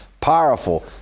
powerful